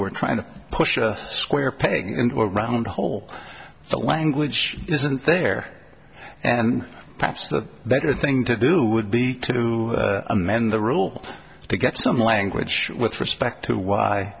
were trying to push a square peg into a round hole the language isn't there and perhaps the better thing to do would be to amend the rule to get some language with respect to why